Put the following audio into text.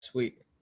Sweet